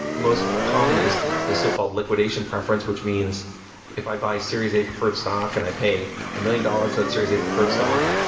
most common is the the so-called liquidation preference, which means if i buy series a preferred stock and i pay a million dollars to that series a preferred stock.